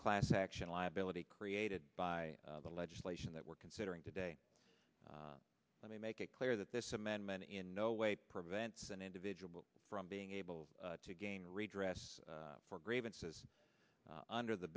class action liability created by the legislation that we're considering today let me make it clear that this amendment in no way prevents an individual from being able to gain redress for grievances under the